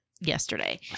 yesterday